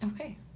Okay